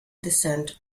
descent